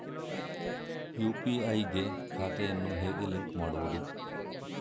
UPI ಗೆ ಖಾತೆಯನ್ನು ಹೇಗೆ ಲಿಂಕ್ ಮಾಡುವುದು?